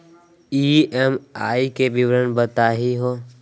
EMI के विवरण बताही हो?